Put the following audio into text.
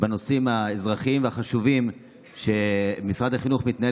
בנושאים האזרחיים והחשובים משרד החינוך מתנהל